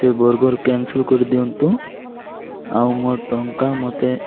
ସେ burger cancel କରିଦିଅନ୍ତୁ ଆଉ ମୋର ଟଙ୍କା ମୋତେ